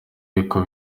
y’uko